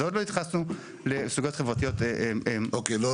ועוד לא נכנסנו לסוגיות חברתיות במיקרו.